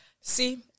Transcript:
See